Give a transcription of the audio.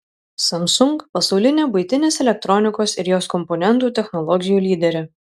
samsung pasaulinė buitinės elektronikos ir jos komponentų technologijų lyderė